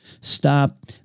stop